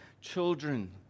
children